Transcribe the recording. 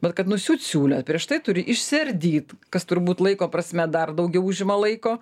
bet kad nusiūt siūlę prieš tai turi išsiardyt kas turbūt laiko prasme dar daugiau užima laiko